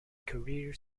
career